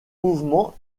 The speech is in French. mouvement